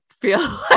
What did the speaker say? feel